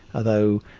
although,